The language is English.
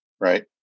Right